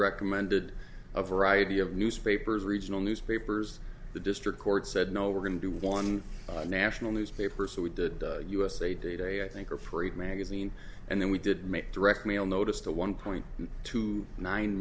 recommended a variety of newspapers regional newspapers the district court said no we're going to do one national newspaper so we did us a day to day i think or for a magazine and then we did make direct mail notice to one point two nine